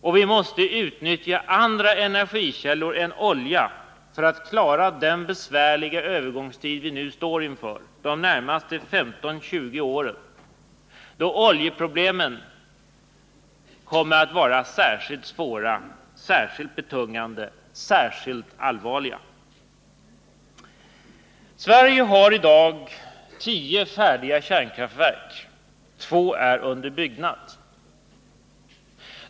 Och vi måste utnyttja andra energikällor än olja för att klara den besvärliga övergångstid som vi nu står inför, de närmaste 15-20 åren, då oljeproblemen kommer att vara särskilt svåra och betungande, särskilt allvarliga. Sverige har i dag tio färdiga kärnkraftverk. Två är under byggnad.